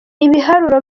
ibiharuro